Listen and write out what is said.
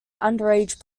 underage